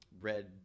red